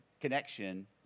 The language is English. connection